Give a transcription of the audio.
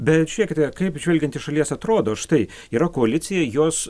bet žiūrėkite kaip žvelgiant iš šalies atrodo štai yra koalicija jos